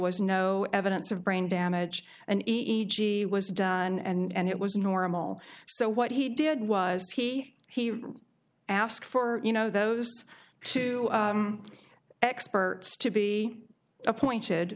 was no evidence of brain damage and e g was done and it was normal so what he did was he he asked for you know those two experts to be appointed